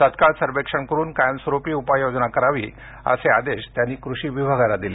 तात्काळ सर्वेक्षण करून कायमस्वरूपी उपाय योजना करावी असे आदेश त्यांनी कृषी विभागाला दिले